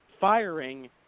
firing